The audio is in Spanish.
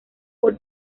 por